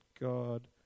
God